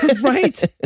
right